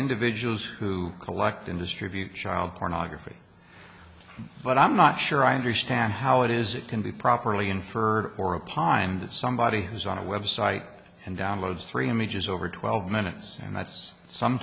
individuals who collect and distribute child pornography but i'm not sure i understand how it is it can be properly inferred or a pine that somebody who's on a web site and downloads three images over twelve minutes and that's some